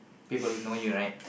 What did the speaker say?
people know you right